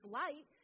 light